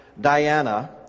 Diana